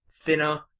Thinner